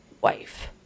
wife